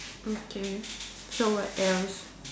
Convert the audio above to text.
okay so what else